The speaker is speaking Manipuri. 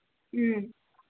ꯎꯝ